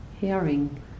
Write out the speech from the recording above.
hearing